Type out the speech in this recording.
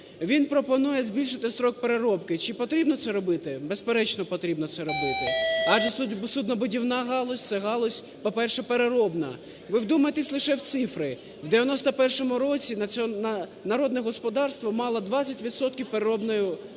Він пропонує збільшити строк переробки. Чи потрібно це робити? Безперечно, потрібно це робити, адже суднобудівна галузь – це галузь, по-перше, переробна. Ви вдумайтесь лише в цифри, в 91-му році народне господарство мало 20 відсотків